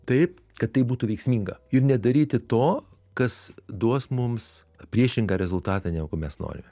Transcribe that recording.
taip kad tai būtų veiksminga ir nedaryti to kas duos mums priešingą rezultatą negu mes norim